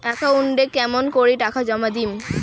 একাউন্টে কেমন করি টাকা জমা দিম?